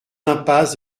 impasse